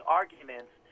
arguments